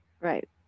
Right